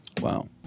Wow